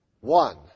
One